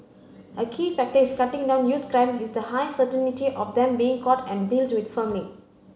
a key factor is cutting down youth crime is the high certainty of them being caught and dealt with firmly